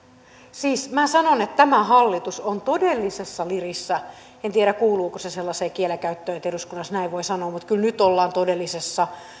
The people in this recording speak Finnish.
siis minä sanon että tämä hallitus on todellisessa lirissä en tiedä kuuluuko se sellaiseen kielenkäyttöön että eduskunnassa näin voi sanoa mutta kyllä nyt ollaan todellisessa